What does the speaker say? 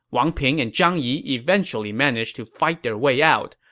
wang ping and zhang yi eventually managed to fight their way out,